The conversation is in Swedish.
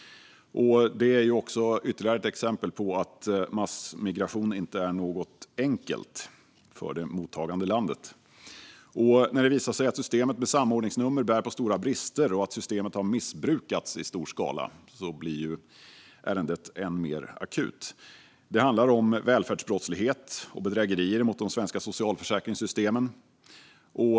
Detta är ytterligare ett exempel på att massmigration inte är något enkelt för det mottagande landet. När det visar sig att systemet med samordningsnummer bär på stora brister och att systemet har missbrukats i stor skala blir ju ärendet än mer akut. Det handlar om välfärdsbrottslighet och bedrägerier mot de svenska socialförsäkringssystemen.